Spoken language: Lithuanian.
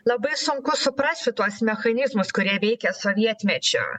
labai sunku suprast šituos mechanizmus kurie veikė sovietmečiu